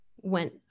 went